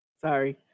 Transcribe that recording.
Sorry